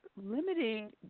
limiting